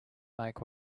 make